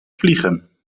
vliegen